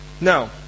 Now